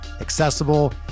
accessible